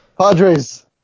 Padres